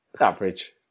Average